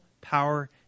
power